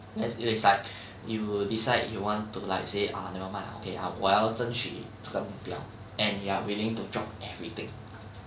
as in it is like you decide you want to like say ah never mind lah okay 我要争取这个目标 and you are willing to drop everything